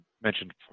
mentioned